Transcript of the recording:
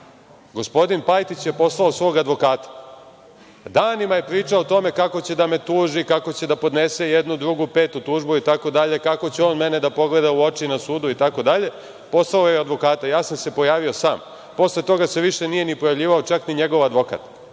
Gospodin Pajtić je poslao svog advokata. Danima je pričao o tome kako će da me tuži, kako će da podnese jednu, drugu, petu tužbu, itd, kako će on mene da pogleda u oči na sudu itd. Poslao je advokata. Ja sam se pojavio sam. Posle toga se više nije pojavljivao čak ni njegov advokat. Dakle,